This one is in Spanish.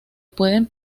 pueden